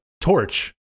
torch